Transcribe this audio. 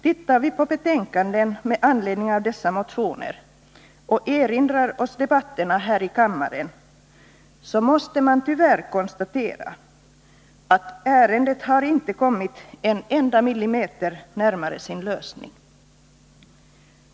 Tittar vi på betänkanden med anledning av dessa motioner och erinrar oss debatterna här i kammaren, så måste vi tyvärr konstatera att ärendet inte har kommit en enda millimeter närmare sin lösning.